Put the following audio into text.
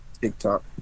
tiktok